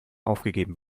aufgegeben